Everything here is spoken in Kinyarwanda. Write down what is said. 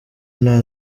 nta